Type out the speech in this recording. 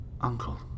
Uncle